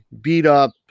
beat-up